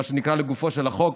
מה שנקרא לגופו של החוק,